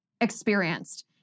experienced